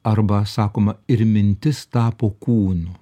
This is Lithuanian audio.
arba sakoma ir mintis tapo kūnu